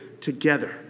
together